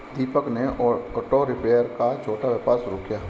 दीपक ने auto repair का छोटा व्यापार शुरू किया